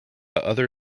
other